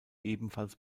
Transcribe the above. ebenfalls